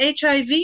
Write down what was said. HIV